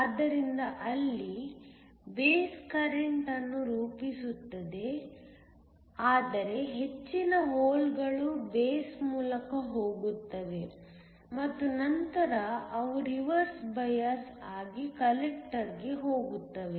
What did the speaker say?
ಆದ್ದರಿಂದ ಅಲ್ಲಿ base current ಅನ್ನು ರೂಪಿಸುತ್ತದೆ ಆದರೆ ಹೆಚ್ಚಿನ ಹೋಲ್ಗಳು ಬೇಸ್ ಮೂಲಕ ಹೋಗುತ್ತವೆ ಮತ್ತು ನಂತರ ಅವು ರಿವರ್ಸ್ ಬಯಾಸ್ ಆಗಿ ಕಲೆಕ್ಟರ್ಗೆ ಹೋಗುತ್ತವೆ